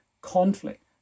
conflict